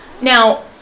Now